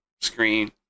screen